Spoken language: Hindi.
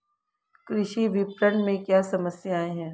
कृषि विपणन में क्या समस्याएँ हैं?